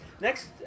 Next